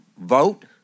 vote